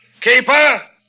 Keeper